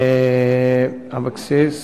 אבקסיס,